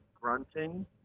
grunting